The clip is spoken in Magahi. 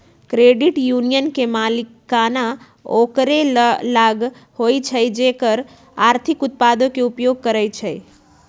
क्रेडिट यूनियन के मलिकाना ओकरे लग होइ छइ जे एकर आर्थिक उत्पादों के उपयोग करइ छइ